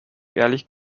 ehrlich